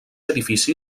edifici